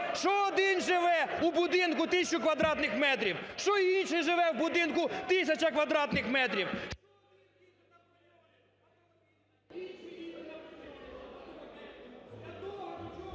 що один живе в будинку тисяча квадратних метрів, що інший живе в будинку тисяча квадратних метрів…